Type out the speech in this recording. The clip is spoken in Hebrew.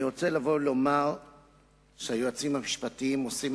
אני רוצה לומר שהיועצים המשפטיים עושים